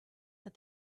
that